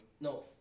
no